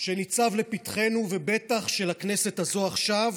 שניצב לפתחנו, ובטח של הכנסת הזו עכשיו,